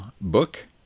book